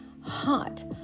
hot